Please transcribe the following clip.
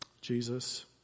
Jesus